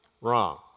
Wrong